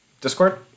Discord